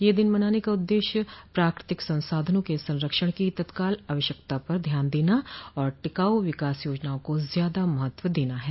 यह दिन मनाने का उद्देश्य प्राकृतिक संसाधनों के संरक्षण की तत्काल आवश्यकता पर ध्यान देना और टिकाऊ विकास योजनाओं को ज्यादा महत्व देना है